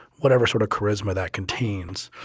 whatever sort of charisma that contains,